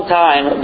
time